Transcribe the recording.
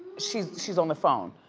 she's she's on the phone.